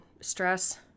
stress